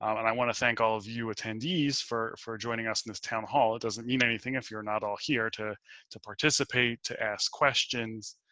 um and i want to thank all of you attendees for for joining us in this town hall. it doesn't mean anything. if you're not all here to to participate, to ask questions.